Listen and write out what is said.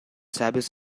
sábios